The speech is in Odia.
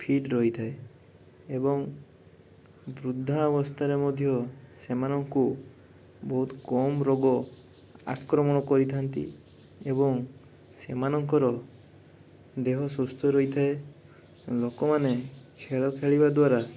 ଫିଟ୍ ରହିଥାଏ ଏବଂ ବୃଦ୍ଧାବସ୍ଥାରେ ମଧ୍ୟ ସେମାନଙ୍କୁ ବହୁତ୍ କମ୍ ରୋଗ ଆକ୍ରମଣ କରିଥାନ୍ତି ଏବଂ ସେମାନଙ୍କର ଦେହ ସୁସ୍ଥ ରହିଥାଏ ଲୋକମାନେ ଖେଳ ଖେଳିବା ଦ୍ଵାରା